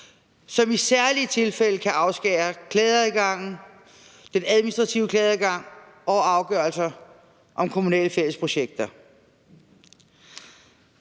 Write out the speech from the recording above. som i særlige tilfælde kan afskære klageadgangen, den administrative klageadgang over afgørelser om kommunale fællesprojekter.